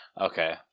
Okay